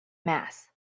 mass